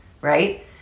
Right